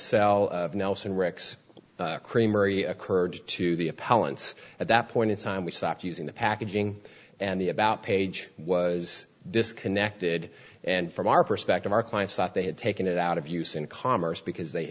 cell of nelson rex creamery occurred to the appellants at that point in time we stopped using the packaging and the about page was disconnected and from our perspective our clients thought they had taken it out of use in commerce because they